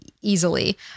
easily